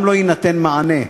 גם לא יינתן מענה,